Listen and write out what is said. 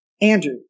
Andrew